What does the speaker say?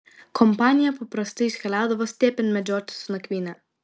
kompanija paprastai iškeliaudavo stepėn medžioti su nakvyne